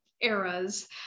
eras